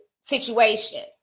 situation